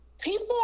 people